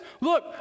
Look